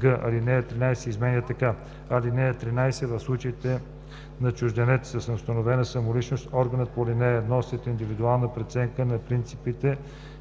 „(13) В случаите на чужденец с неустановена самоличност органът по ал. 1 след индивидуална преценка на принципите